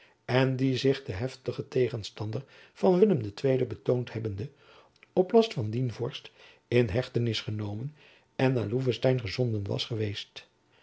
en die zich den heftigen tegenstander van willem ii betoond hebbende op last van dien vorst in hechtenis genomen en naar loevenstein gezonden was geweest